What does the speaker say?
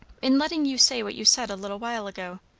in letting you say what you said a little while ago.